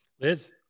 Liz